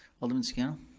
alderman scannell?